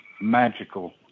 magical